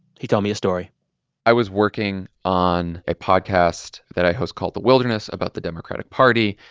he told me a story i was working on a podcast that i host called the wilderness about the democratic party.